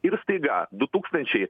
ir staiga du tūkstančiai